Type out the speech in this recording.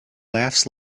laughs